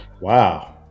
Wow